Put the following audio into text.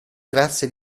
trasse